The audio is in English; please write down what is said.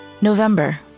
November